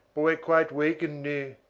but we're quite wakken noo.